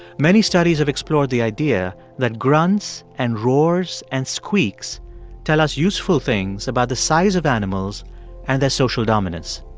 many studies have explored the idea that grunts and roars and squeaks tell us useful things about the size of animals and their social dominance.